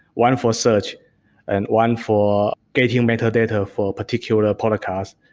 one for search and one for getting metadata for particular podcast,